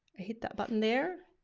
i hit that button there.